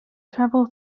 travel